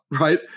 right